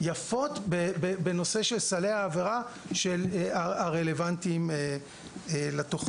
יפות בנושא של סלי העבירה הרלוונטיים לתוכנית.